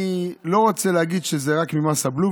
אני לא רוצה להגיד שזה רק ממס הבלו,